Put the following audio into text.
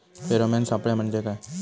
Pheromone सापळे म्हंजे काय?